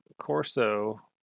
Corso